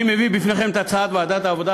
אני מביא בפניכם את הצעת ועדת העבודה,